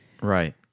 right